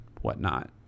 whatnot